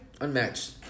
unmatched